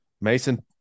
mason